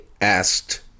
asked